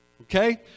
Okay